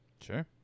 Sure